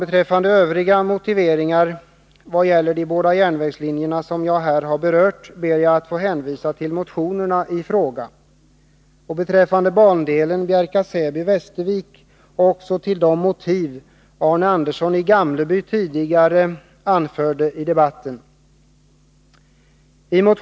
Beträffande övriga motiveringar vad gäller de båda järnvägslinjer som jag här har berört, ber jag att få hänvisa till motionerna i fråga, och beträffande bandelen Bjärka/Säby-Västervik också till de motiv som Arne Andersson i Gamleby tidigare anfört i debatten.